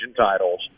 titles